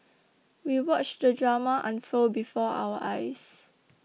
we watched the drama unfold before our eyes